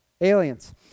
aliens